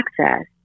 access